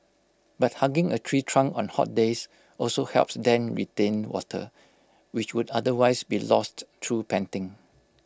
but hugging A tree trunk on hot days also helps then retain water which would otherwise be lost through panting